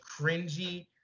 cringy